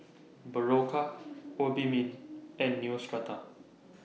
Berocca Obimin and Neostrata